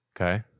Okay